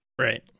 Right